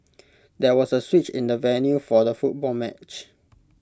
there was A switch in the venue for the football match